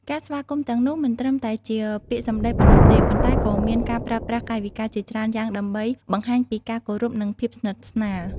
ការស្វាគមន៍ទាំងនោះមិនត្រឹមតែជាពាក្យសម្ដីប៉ុណ្ណោះទេ ប៉ុន្តែក៏មានការប្រើប្រាស់កាយវិការជាច្រើនយ៉ាងដើម្បីបង្ហាញពីការគោរពនិងភាពស្និទ្ធស្នាល។